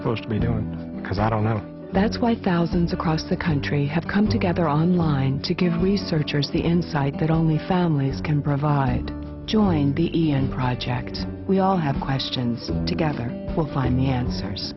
supposed to be doing because i don't know that's why thousands across the country have come together online to give researchers the insight that only families can provide join the e n project we all have questions together will find the answers